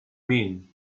mean